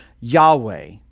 yahweh